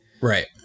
Right